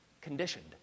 conditioned